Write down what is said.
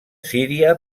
síria